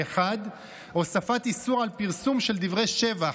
האחד, הוספת איסור על פרסום של דברי שבח,